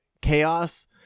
chaos